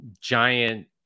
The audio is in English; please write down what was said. giant